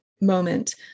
moment